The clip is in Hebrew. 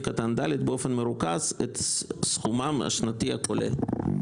קטן (ד) באופן מרוכז ואת סכומם השנתי הכולל".